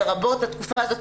לרבות התקופה הזאת,